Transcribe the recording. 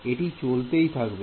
Student এটি চলতেই থাকবে